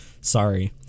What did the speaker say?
sorry